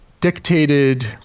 dictated